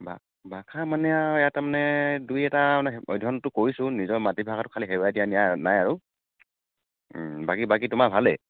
ভা ভাষা মানে আৰু ইয়াত তাৰমানে দুই এটা মানে অধ্যয়নটো কৰিছোঁ নিজৰ মাতৃভাষাটো খালি হেৰুৱাই দিয়া নাই নাই আৰু ও বাকী বাকী তোমাৰ ভালে